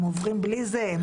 הם עוברים בלי זה?